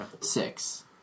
Six